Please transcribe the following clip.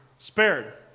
spared